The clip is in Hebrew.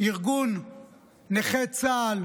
ארגון נכי צה"ל